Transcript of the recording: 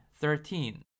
Thirteen